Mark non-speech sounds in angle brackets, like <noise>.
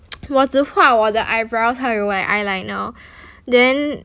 <noise> 我只划我的 eye brows 还有我的 eyeliner then